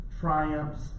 triumphs